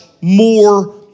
more